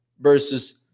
versus